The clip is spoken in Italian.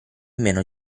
meno